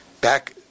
back